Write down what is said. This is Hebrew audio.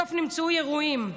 בסוף הם נמצאו ירויים.